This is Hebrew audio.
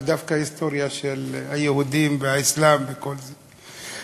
ודווקא היסטוריה של היהודים והאסלאם וכל זה,